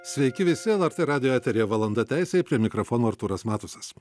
sveiki visi lrt radijo eteryje valanda teisei prie mikrofono artūras matusas